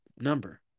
number